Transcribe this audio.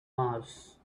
mars